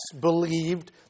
believed